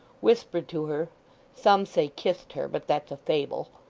whispered to her some say kissed her, but that's a fable.